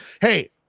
hey